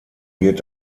wird